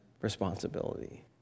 responsibility